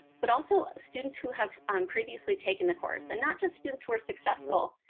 but also students who have um previously taken the course. and not just students who were successful,